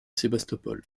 sébastopol